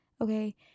Okay